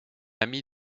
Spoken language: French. amie